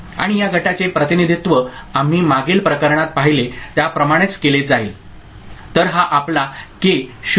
आणि या गटाचे प्रतिनिधित्व आम्ही मागील प्रकरणात पाहिले त्याप्रमाणेच केले जाईल तर हा आपला के 0 आहे